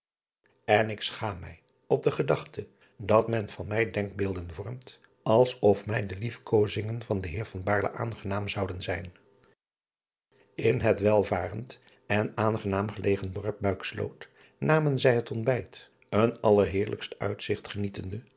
n ik schaam mij op de gedachte dat men van mij denkbeelden vormt als of mij de liefkozingen van den eer aangenaam zouden zijn n het welvarend en aangenaam gelegen dorp uiksloot namen zij het ontbijt een allerheerlijkst uitzigt genietende